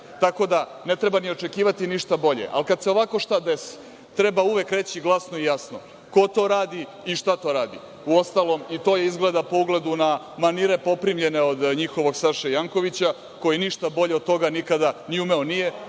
ćar. Ne treba ni očekivati ništa bolje, ali kada se ovako šta desi, treba uvek reći, glasno i jasno, ko to radi i šta to radi, uostalom i to je izgleda po ugledu na manire poprimljene od njihovog Saše Jankovića, koji ništa bolje od toga nikada ni umeo nije,